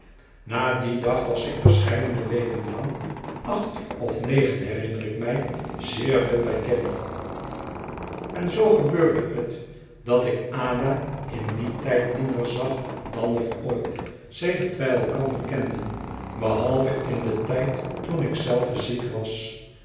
na dien dag was ik verscheidene weken lang acht of negen herinner ik mij zeer veel bij caddy en zoo gebeurde het dat ik ada in dien tijd minder zag dan nog ooit sedert wij elkander kenden behalve in den tijd toen ik zelve ziek was